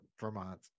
Vermont